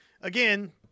again